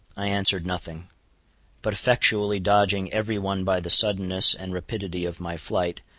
i answered nothing but effectually dodging every one by the suddenness and rapidity of my flight,